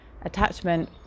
attachment